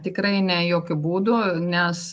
tikrai ne jokiu būdu nes